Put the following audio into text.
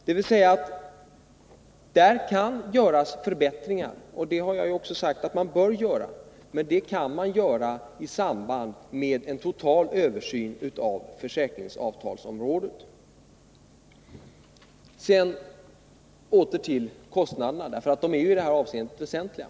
Där kan man göra förbättringar — och det har jag sagt att man bör göra — men det bör ske i samband med en total översyn av försäkringsavtalsområdet. Sedan åter till frågan om kostnaderna — dessa är ju i det här sammanhanget väsentliga.